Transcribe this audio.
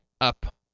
up